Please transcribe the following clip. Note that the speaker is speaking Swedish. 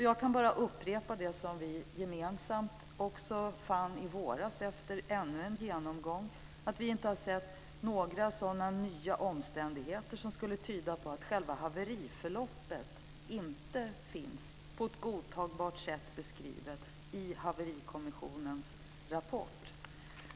Jag kan bara upprepa det som vi gemensamt fann i våras efter ännu en genomgång, nämligen att vi inte har sett några nya omständigheter som skulle tyda på att själva haveriförloppet inte finns på ett godtagbart sätt beskrivet i Haverikommissionens rapport.